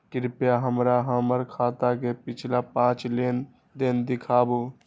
कृपया हमरा हमर खाता के पिछला पांच लेन देन दिखाबू